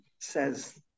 says